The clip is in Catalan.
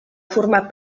formar